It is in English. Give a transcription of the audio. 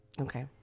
Okay